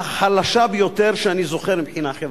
אך החלשה ביותר שאני זוכר מבחינה חברתית.